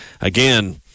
again